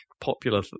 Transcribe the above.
popular